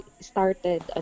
started